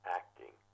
acting